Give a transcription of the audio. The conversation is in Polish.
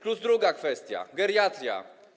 Plus druga kwestia: geriatria.